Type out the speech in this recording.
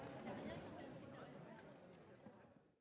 Merci